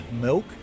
milk